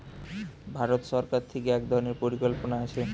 ভারত সরকার থিকে এক ধরণের পরিকল্পনা আছে